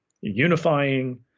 unifying